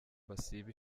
basiba